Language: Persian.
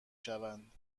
شوند